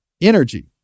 energy